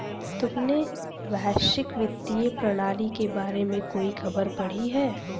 तुमने वैश्विक वित्तीय प्रणाली के बारे में कोई खबर पढ़ी है?